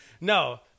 no